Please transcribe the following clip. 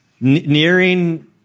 nearing